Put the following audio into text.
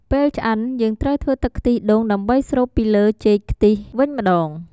ពេលឆ្អិន យើងត្រូវធ្វើទឺកខ្ទិះដូងដើម្បីស្រូបពីលើចេកខ្ទះវិញម្តង។